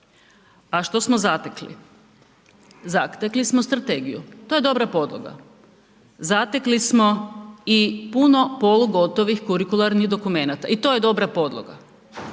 A što smo zategli? Zatekli smo strategiju, to je dobra podloga, zatekli smo i puno polugotovih kurikularnih dokumenata i to je dobra podloga,